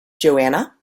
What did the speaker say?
joanna